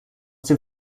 dem